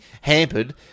hampered